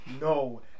no